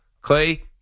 Clay